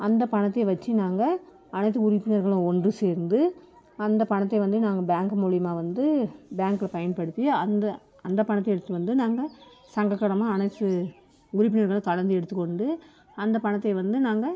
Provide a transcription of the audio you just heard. அந்த பணத்தை வெச்சி நாங்கள் அனைத்து உறுப்பினர்களும் ஒன்று சேர்ந்து அந்த பணத்தை வந்து நாங்கள் பேங்க்கு மூலிமா வந்து பேங்க்கை பயன்படுத்தி அந்த அந்த பணத்தை எடுத்துட்டு வந்து நாங்கள் சங்கக்கடனை அனைத்து உறுப்பினர்களும் கலந்து எடுத்துக்கொண்டு அந்த பணத்தை வந்து நாங்கள்